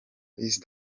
east